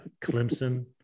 Clemson